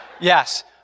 Yes